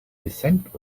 descent